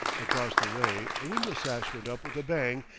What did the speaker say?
across the way a window-sash went up with a bang,